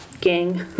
Gang